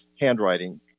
handwriting